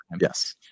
Yes